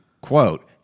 quote